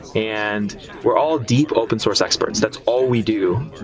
and we're all deep open source experts. that's all we do.